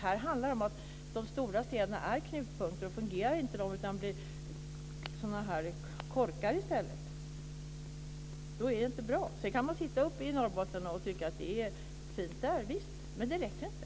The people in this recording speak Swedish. Det handlar om att de stora städerna är knutpunkter. Fungerar inte de utan blir korkar i stället är det inte bra. Sedan kan man tycka att Norrbotten är fint, visst, men det räcker inte.